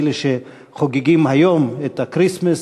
אלה שחוגגים היום את הכריסטמס,